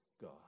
God